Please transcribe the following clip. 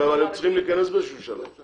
אבל צריכים להיכנס באיזשהו שלב.